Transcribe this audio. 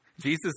Jesus